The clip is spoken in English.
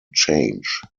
change